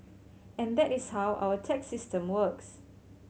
and that is how our tax system works